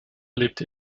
lebte